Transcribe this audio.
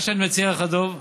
מה שאני מציע לך, דב,